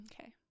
Okay